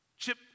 Chip